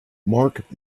mark